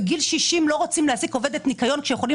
בגיל 60 לא רוצים להעסיק עובדת ניקיון כשיכולים